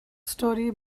story